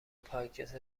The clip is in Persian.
پایکس